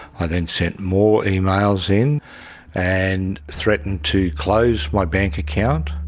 i then sent more emails in and threatened to close my bank account.